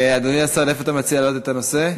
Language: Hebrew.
אדוני השר, איפה אתה מציע להעלות את הנושא?